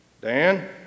Dan